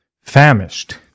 famished